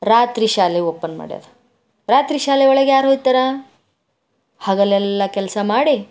ರಾತ್ರಿ ಶಾಲೆ ಓಪನ್ ಮಾಡ್ಯಾರ ರಾತ್ರಿ ಶಾಲೆ ಒಳಗೆ ಯಾರು ಹೊಯ್ತಾರ ಹಗಲೆಲ್ಲ ಕೆಲಸ ಮಾಡಿ